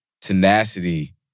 Tenacity